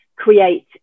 create